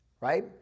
right